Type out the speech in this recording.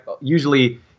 usually